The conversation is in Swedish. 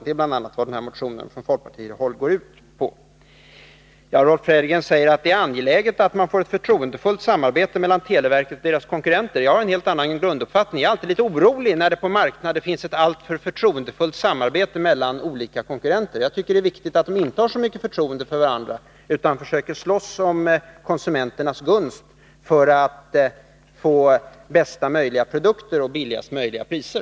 Det är bl.a. detta som den här motionen från folkpartihåll går ut på. Rolf Sellgren säger att det är angeläget att man får ett förtroendefullt samarbete mellan televerket och dess konkurrenter. Jag har en helt annan grunduppfattning. Jag är alltid litet orolig när det på marknaden finns ett alltför förtroendefullt samarbete mellan olika konkurrenter. Jag tycker det är viktigt att de inte har så mycket förtroende för varandra utan försöker slåss om konsumenternas gunst för att få bästa möjliga produkter och billigaste möjliga priser.